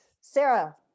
Sarah